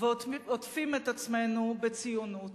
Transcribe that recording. ועוטפים את עצמנו בציונות.